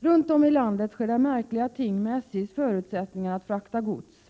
Runt om i landet sker det märkliga ting med SJ:s förutsättningar att frakta gods.